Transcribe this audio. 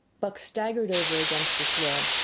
buck staggered over against the sled,